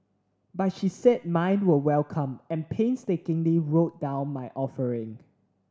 but she said mine were welcome and painstakingly wrote down my offering